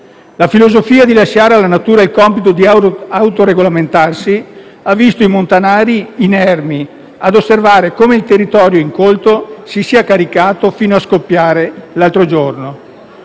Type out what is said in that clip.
La filosofia di lasciare alla natura il compito di autoregolamentarsi ha visto i montanari inermi a osservare come il territorio incolto si sia caricato fino a scoppiare l'altro giorno